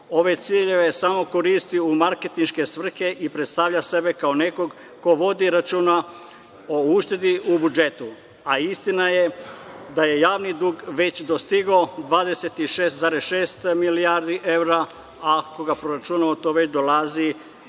ove ciljeve samo koristi u marketinške svrhe i predstavlja sebe kao nekog ko vodi računa o uštedi u budžetu, a istina je da je javni dug već dostigao 26,6 milijardi evra, ako ga proračunamo, to već dolazi u